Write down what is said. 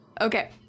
Okay